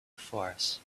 force